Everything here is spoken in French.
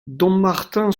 dommartin